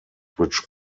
which